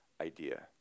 idea